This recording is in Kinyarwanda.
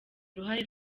uruhare